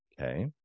Okay